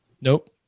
Nope